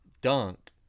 dunk